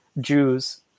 Jews